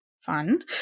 fun